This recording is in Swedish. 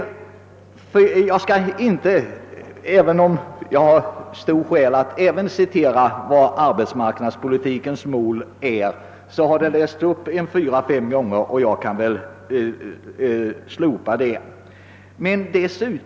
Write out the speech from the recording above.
Även om jag har goda skäl att redogöra för arbetsmarknadspolitikens mål skall jag avstå härifrån eftersom de lästs upp fyra—fem gånger.